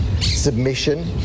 submission